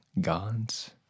gods